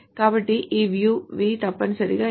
కాబట్టి ఈ view v తప్పనిసరిగా ఇది